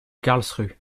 karlsruhe